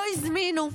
לא הזמינו.